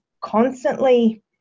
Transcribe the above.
constantly